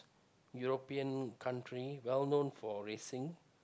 European country well known for racing